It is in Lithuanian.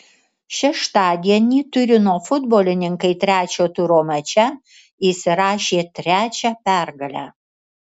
šeštadienį turino futbolininkai trečio turo mače įsirašė trečią pergalę